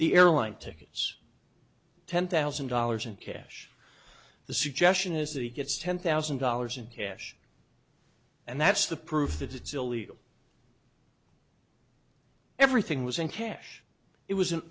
the airline tickets ten thousand dollars in cash the suggestion is that he gets ten thousand dollars in cash and that's the proof that it's illegal everything was in cash it was an